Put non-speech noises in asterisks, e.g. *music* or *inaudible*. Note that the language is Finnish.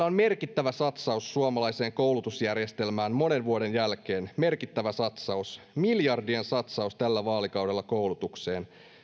*unintelligible* on merkittävä satsaus suomalaiseen koulutusjärjestelmään monen vuoden jälkeen merkittävä satsaus miljardien satsaus tällä vaalikaudella koulutukseen